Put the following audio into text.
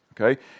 Okay